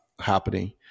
happening